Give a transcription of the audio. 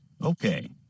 Okay